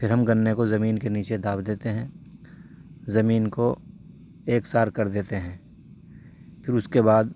پھر ہم گنے کو زمین کے نیچے داب دیتے ہیں زمین کو ایک سار کر دیتے ہیں پھر اس کے بعد